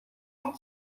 همون